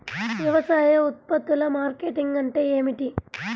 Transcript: వ్యవసాయ ఉత్పత్తుల మార్కెటింగ్ అంటే ఏమిటి?